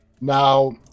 Now